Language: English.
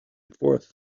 fourth